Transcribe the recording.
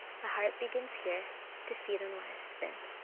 the heart begins here to feed on what has been.